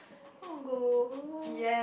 I want go